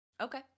Okay